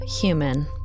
human